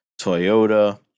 Toyota